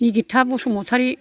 Nigitha Basumatary